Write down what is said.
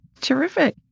terrific